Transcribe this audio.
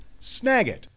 Snagit